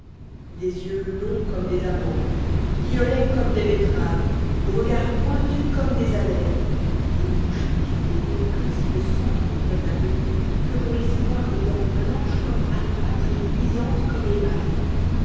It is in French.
des yeux longs comme des amandes violets comme des betteraves aux regards pointus comme des alênes et une bouche fine et moqueuse qui ne s'entr'ouvrait à demi que pour laisser voir des dents blanches comme albâtre et luisantes comme émail